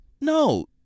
No